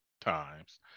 times